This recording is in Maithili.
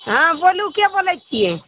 हँ बोलूके बोलै छियै